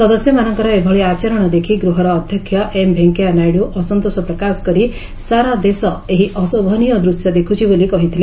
ସଦସ୍ୟମାନଙ୍କର ଏଭଳି ଆଚରଣ ଦେଖି ଗୃହର ଅଧ୍ୟକ୍ଷ ଏମ୍ ଭେଙ୍କିୟା ନାଇଡୁ ଅସନ୍ତୋଷ ପ୍ରକାଶ କରି ସାରା ଦେଶ ଏହି ଅଶୋଭନୀୟ ଦୂଶ୍ୟ ଦେଖୁଛି ବୋଲି କହିଥିଲେ